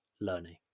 learning